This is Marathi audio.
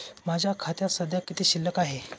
माझ्या खात्यात सध्या किती शिल्लक आहे?